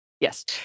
Yes